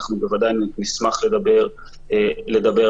אנחנו בוודאי נשמח לדבר עליו.